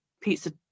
Pizza